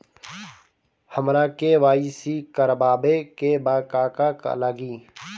हमरा के.वाइ.सी करबाबे के बा का का लागि?